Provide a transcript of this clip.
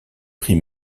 pris